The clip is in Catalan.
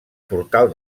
portal